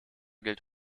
gilt